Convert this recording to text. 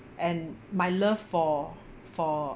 and my love for for